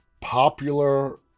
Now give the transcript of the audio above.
popular